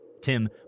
Tim